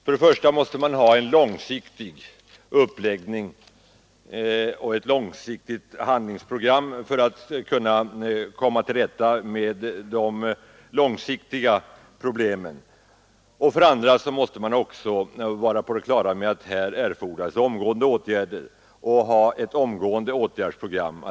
För det första måste näringspolitiken läggas upp efter ett långsiktigt handlingsprogram för att man skall komma till rätta med de långsiktiga problemen. För det andra måste man vara på det klara med att här också erfordras ett program för omgående åtgärder.